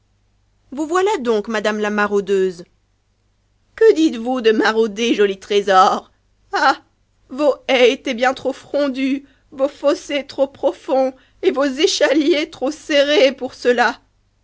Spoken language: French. vous voilà donc madame la maraudeuse que dites-vous de marauder joli trésor ah vos haies étaient bien trop frondues vos fossés trop profonds et vos échaliers trop serrés pour cela